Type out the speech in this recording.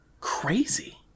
crazy